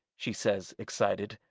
she says, excited,